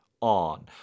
on